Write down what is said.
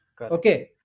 Okay